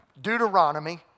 Deuteronomy